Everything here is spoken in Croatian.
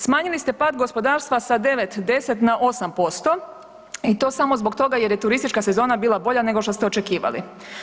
Smanjili ste pad gospodarstva sa 9, 10 na 8% i to samo zbog toga jer je turistička sezona bila bolja nego što ste očekivali.